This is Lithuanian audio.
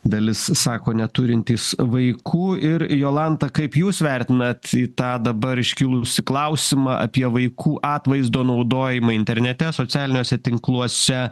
dalis sako neturintys vaikų ir jolanta kaip jūs vertinat į tą dabar iškilusį klausimą apie vaikų atvaizdo naudojimą internete socialiniuose tinkluose